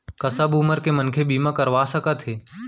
का सब उमर के मनखे बीमा करवा सकथे?